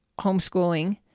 homeschooling